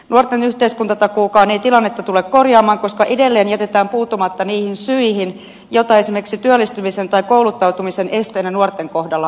nuorten yhteiskuntatakuukaan ei tilannetta tule korjaamaan koska edelleen jätetään puuttumatta niihin syihin joita esimerkiksi työllistymisen tai kouluttautumisen esteinä nuorten kohdalla on